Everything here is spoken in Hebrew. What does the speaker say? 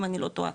אם אני לא טועה,